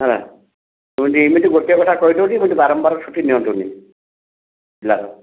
ହଁ ମୁଁ ଏମିତି ଗୋଟିଏ କଥା କହିଦେଉଛି କହୁଛି ବାରମ୍ବାର ଛୁଟି ନିଅନ୍ତୁନି ପିଲାର